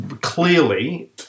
clearly